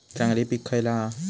चांगली पीक खयला हा?